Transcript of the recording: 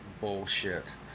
bullshit